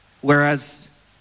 Whereas